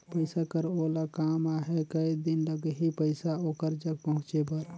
पइसा कर ओला काम आहे कये दिन लगही पइसा ओकर जग पहुंचे बर?